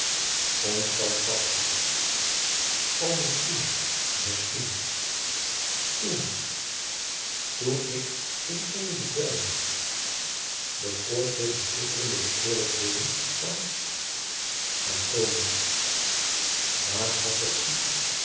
onstandvastige o misschien misschien toen toen ik in eene bedweladriaan loosjes pzn het leven van maurits lijnslager ming bekoord door de schitterende bekoorlijkheden van antonia laaghartig u